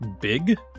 Big